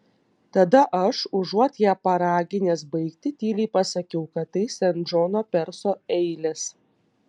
tada aš užuot ją paraginęs baigti tyliai pasakiau kad tai sen džono perso eilės